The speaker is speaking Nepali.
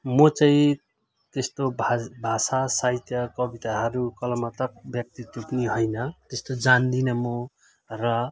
म चाहिँ त्यस्तो भाष भाषा साहित्य कविताहरू कलम मतलब व्यक्तित्व पनि होइन त्यस्तो जान्दिनँ म र